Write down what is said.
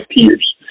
peers